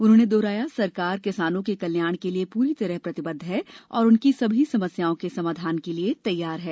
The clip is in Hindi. उन्होंने दोहराया सरकार किसानों के कल्याण के लिए पूरी तरह प्रतिबद्ध है और उनकी सभी समस्याओं के समाधान के लिए तैयार है